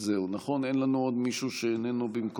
מיקי לוי?